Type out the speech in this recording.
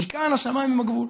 מכאן השמיים הם הגבול.